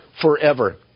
forever